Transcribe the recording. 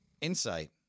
insight